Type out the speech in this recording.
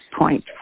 point